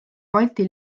balti